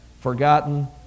forgotten